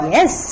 Yes